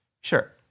Sure